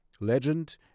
legend